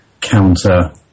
counter